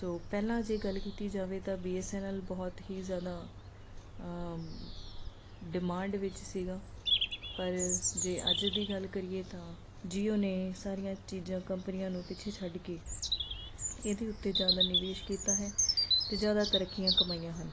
ਸੋ ਪਹਿਲਾਂ ਜੇ ਗੱਲ ਕੀਤੀ ਜਾਵੇ ਤਾਂ ਬੀਐਸਐਨਐਲ ਬਹੁਤ ਹੀ ਜ਼ਿਆਦਾ ਡਿਮਾਂਡ ਵਿੱਚ ਸੀਗਾ ਪਰ ਜੇ ਅੱਜ ਦੀ ਗੱਲ ਕਰੀਏ ਤਾਂ ਜੀਓ ਨੇ ਸਾਰੀਆਂ ਚੀਜ਼ਾਂ ਕੰਪਨੀਆਂ ਨੂੰ ਪਿੱਛੇ ਛੱਡ ਕੇ ਇਹਦੇ ਉੱਤੇ ਜ਼ਿਆਦਾ ਨਿਵੇਸ਼ ਕੀਤਾ ਹੈ ਅਤੇ ਜ਼ਿਆਦਾ ਤਰੱਕੀਆਂ ਕਮਾਈਆਂ ਹਨ